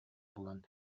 булан